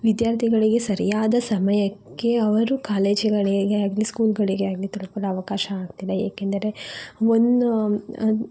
ವಿದ್ಯಾರ್ಥಿಗಳಿಗೆ ಸರಿಯಾದ ಸಮಯಕ್ಕೆ ಅವರು ಕಾಲೇಜುಗಳಿಗೇ ಆಗಲಿ ಸ್ಕೂಲ್ಗಳಿಗೇ ಆಗಲಿ ತಲುಪಲು ಅವಕಾಶ ಆಗ್ತಿಲ್ಲ ಏಕೆಂದರೆ ಒಂದು